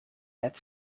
het